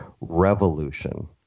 revolution